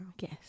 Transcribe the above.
Yes